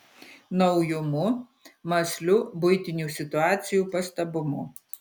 naujumu mąsliu buitinių situacijų pastabumu